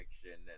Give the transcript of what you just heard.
fiction